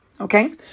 Okay